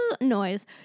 noise